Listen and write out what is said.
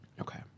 okay